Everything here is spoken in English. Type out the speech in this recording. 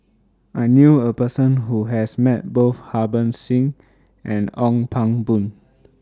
I knew A Person Who has Met Both Harbans Singh and Ong Pang Boon